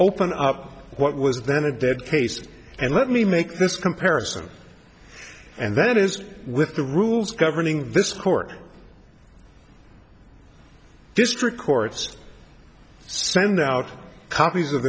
open up what was then a dead case and let me make this comparison and that is with the rules governing this court district courts send out copies of